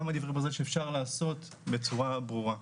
כמה דברים שאפשר לעשות בצורה ברורה.